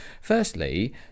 firstly